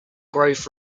growth